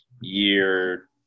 year